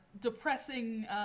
depressing